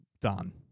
done